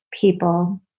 people